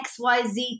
XYZ